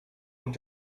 und